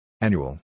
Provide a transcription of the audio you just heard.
Annual